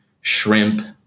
shrimp